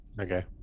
Okay